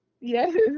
Yes